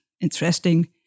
interesting